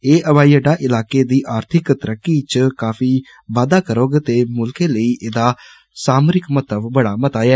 ऐह हवाई अड्डे इलो दी आर्थिक तरक्की च काफी बाद्दा करोग ते मुल्खै लेई ऐहदा सामरिक महत्व बड़ा मता ऐ